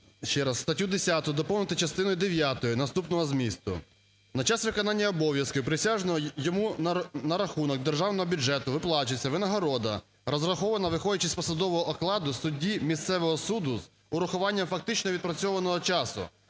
Статтю 10 доповнити частиною дев'ятою наступного змісту: "На час виконання обов'язків присяжного йому за рахунок Державного бюджету виплачується винагорода, розрахована виходячи з посадового окладу судді місцевого суду з урахуванням фактично відпрацьованого часу,